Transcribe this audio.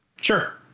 Sure